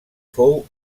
fou